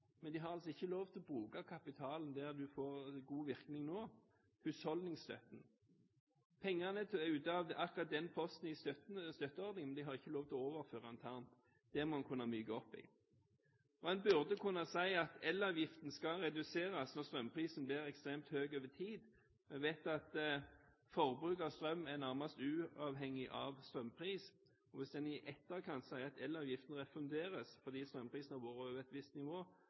men de har altså ikke lov til å bruke kapitalen der det får god virkning nå. Husholdningsstøtten – pengene til akkurat den posten i støtteordningen har de ikke lov til å overføre internt. Det må vi kunne myke opp i. En burde kunne si at elavgiften skal reduseres når strømprisen blir ekstremt høy over tid. Vi vet at forbruk av strøm er nærmest uavhengig av pris. Hvis en i etterkant sier at elavgiften refunderes fordi strømprisene har vært over et visst nivå,